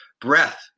Breath